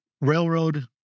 railroad